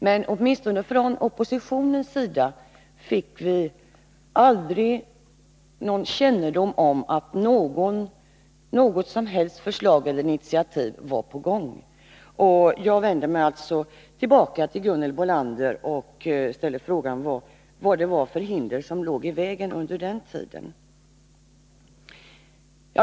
Men åtminstone inom oppositionen fick vi aldrig någon kännedom om att något som helst förslag eller initiativ var på gång. Jag vänder mig alltså åter till Gunhild Bolander och ställer frågan: Vad var det för hinder som låg i vägen under denna tid?